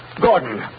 Gordon